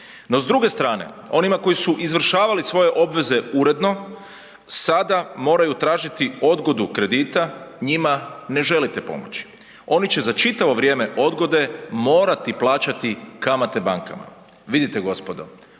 No, s druge strane onima koji su izvršavali svoje obveze uredno sada moraju tražiti odgodu kredita, njima ne želite pomoći, oni će za čitavo vrijeme odgode morati plaćati kamate bankama. Vidite gospodo